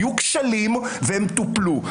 היו כשלים וטופלו.